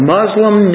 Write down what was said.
Muslim